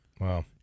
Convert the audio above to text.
Wow